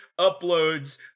uploads